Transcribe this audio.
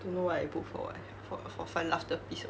don't know why I book for what for fun laughter peace or